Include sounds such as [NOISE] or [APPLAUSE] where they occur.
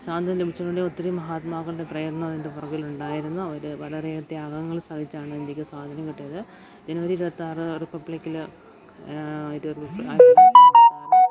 സ്വാതന്ത്ര്യം ലഭിച്ചതിലൂടെ ഒത്തിരി മഹാത്മാക്കളുടെ പ്രയത്നം അതിൻ്റെ പുറകിലുണ്ടായിരുന്നു അവര് വളരെ ത്യാഗങ്ങള് സഹിച്ചാണ് ഇന്ത്യക്ക് സ്വാതന്ത്ര്യം കിട്ടിയത് ജനുവരി ഇരുപത്തിയാറ് റിപ്പബ്ലിക്കില് [UNINTELLIGIBLE]